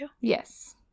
Yes